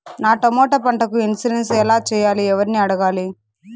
నా టమోటా పంటకు ఇన్సూరెన్సు ఎలా చెయ్యాలి? ఎవర్ని అడగాలి?